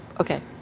Okay